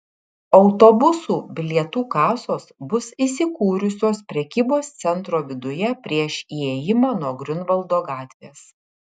autobusų bilietų kasos bus įsikūrusios prekybos centro viduje prieš įėjimą nuo griunvaldo gatvės